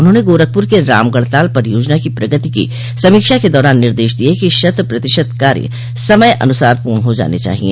उन्होंने गोरखपुर के रामगढ़ताल परियोजना की प्रगति की समीक्षा के दौरान निर्देश दिये कि शत प्रतिशत कार्य समय अनुसार पूर्ण हो जाने चाहिए